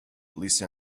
lisa